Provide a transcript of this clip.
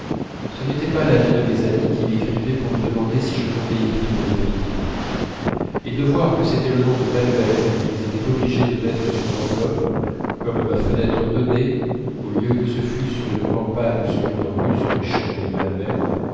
ce n'était pas l'avis de mes amis qui m'écrivaient pour me demander si je comptais y vivre définitivement et de voir que c'était le nom de balbec qu'ils étaient obligés de mettre sur l'enveloppe comme ma fenêtre donnait au lieu que ce fût sur une campagne ou sur une rue sur les champs de la mer